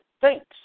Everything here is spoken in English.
Thanks